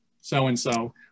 so-and-so